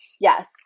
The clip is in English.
yes